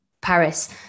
Paris